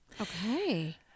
Okay